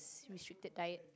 restricted diet